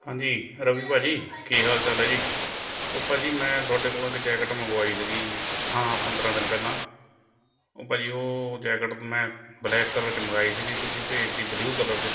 ਹਾਂਜੀ ਰਵੀ ਭਾਅ ਜੀ ਕੀ ਹਾਲ ਚਾਲ ਹੈ ਜੀ ਉਹ ਭਾਅ ਜੀ ਮੈਂ ਤੁਹਾਡੇ ਕੋਲੋ ਇੱਕ ਜੈਕਟ ਮੰਗਵਾਈ ਸੀਗੀ ਹਾਂ ਪੰਦਰ੍ਹਾਂ ਦਿਨ ਪਹਿਲਾਂ ਉਹ ਭਾਅ ਜੀ ਉਹ ਜੈਕਟ ਮੈਂ ਬਲੈਕ ਕਲਰ 'ਚ ਮੰਗਵਾਈ ਸੀਗੀ ਤੁਸੀਂ ਭੇਜ ਦਿੱਤੀ ਬਲਊ ਕਲਰ 'ਚ